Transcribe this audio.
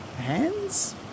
hands